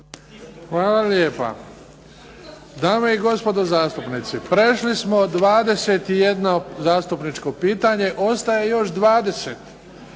Hvala lijepa. Dame i gospodo zastupnici, prešli smo 21 zastupničko pitanje, ostaje još 20